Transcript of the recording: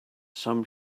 some